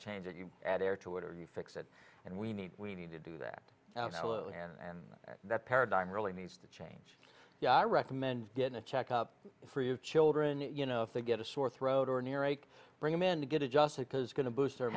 change it you add air to it or you fix it and we need we need to do that and that paradigm really needs to change yeah i recommend getting a checkup for your children you know if they get a sore throat or an earache bring them in to get adjusted because going to boost their